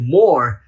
more